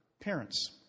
parents